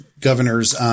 governor's